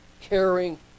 caring